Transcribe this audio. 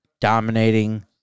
dominating